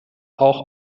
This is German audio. auch